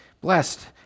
Blessed